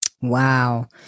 Wow